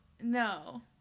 No